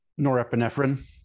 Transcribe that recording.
Norepinephrine